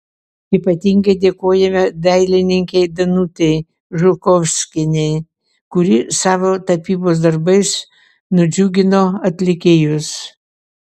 ypatingai dėkojame dailininkei danutei žukovskienei kuri savo tapybos darbais nudžiugino atlikėjus